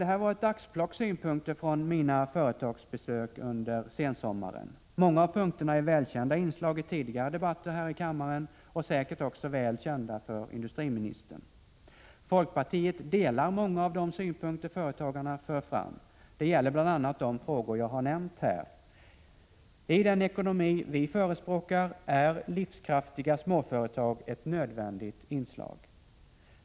Det här var ett axplock synpunkter från mina företagsbesök under sensommaren. Många av punkterna är välkända inslag i debatterna här i kammaren och säkert också väl kända för industriministern. Folkpartiet delar många av de synpunkter företagarna för fram. Det gäller bl.a. de frågor jag nämnt här. I den ekonomi vi förespråkar är livskraftiga småföretag ett nödvändigt inslag.